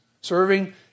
serving